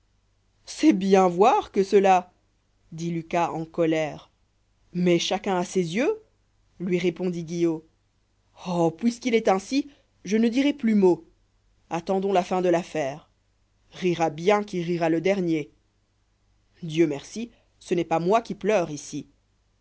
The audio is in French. c'est bien voir que cela dit lucas en colère juais chacun a ses yeux lui répondit guillot oh puisqu'il est ainsi je ne dirai plus mot attendons la fin de l'affaire rira bien qui rira le dernier dieu merci ce n'est pas moi qui pleure ici